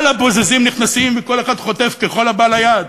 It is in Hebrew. כל הבוזזים נכנסים, וכל אחד חוטף מכל הבא ליד: